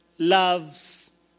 Loves